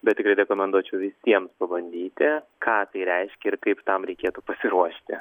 bet tikrai rekomenduočiau visiems pabandyti ką tai reiškia ir kaip tam reikėtų pasiruošti